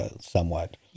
somewhat